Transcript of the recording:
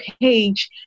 page